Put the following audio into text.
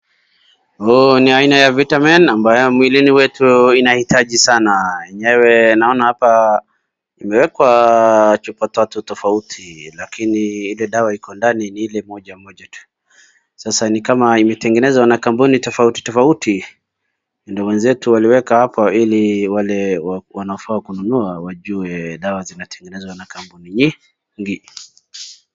Niaina ya vitamin ambayo mwilini mwetu inahitaji sana. Yenyewe naona hapa imeekwa chupa tatu tofauti, lakini ile dawa iko ndani ni ile moja moja tu sasa ni kama imetengenezwa na kampuni tofauti ndio mwenzetualiweka hapo ili wenye wanafaa kununua wajue dawa zinatengenezwa na kampuni nyingi.